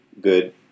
good